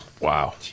wow